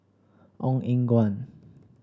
Ong Eng Guan